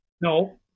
No